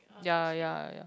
ya ya ya